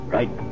Right